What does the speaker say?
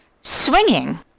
Swinging